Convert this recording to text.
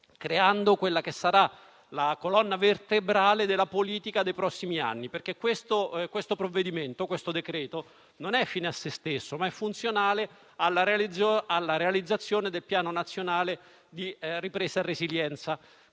creando quella che sarà la colonna vertebrale della politica dei prossimi anni, perché questo provvedimento non è fine a se stesso, ma è funzionale alla realizzazione del Piano nazionale di ripresa e resilienza.